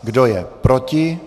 Kdo je proti?